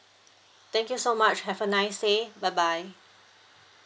thank you so much have a nice day bye bye